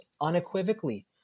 unequivocally